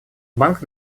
банк